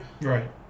right